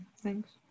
thanks